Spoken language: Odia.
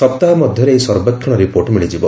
ସପ୍ତାହ ମଧ୍ୟରେ ଏହି ସର୍ବେକ୍ଷଣ ରିପୋର୍ଟ୍ ମିଳିଯିବ